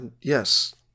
yes